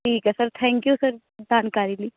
ਠੀਕ ਹੈ sir thank you sir ਜਾਣਕਾਰੀ ਲਈ